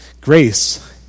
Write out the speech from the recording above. Grace